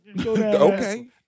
Okay